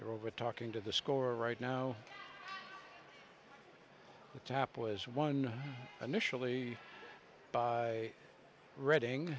they're over talking to the score right now the tap was one initially by reading